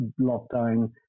lockdown